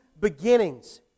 beginnings